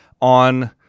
on